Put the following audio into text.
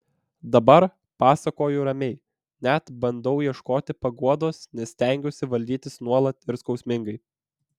dabar pasakoju ramiai net bandau ieškoti paguodos nes stengiausi valdytis nuolat ir skausmingai